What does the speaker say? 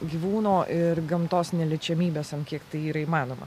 gyvūno ir gamtos neliečiamybės an kiek tai yra įmanoma